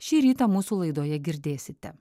šį rytą mūsų laidoje girdėsite